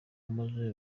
maze